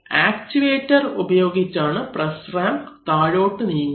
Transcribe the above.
actuator ഉപയോഗിച്ചാണ് press ram താഴോട്ട് നീങ്ങുന്നത്